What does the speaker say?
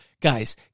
guys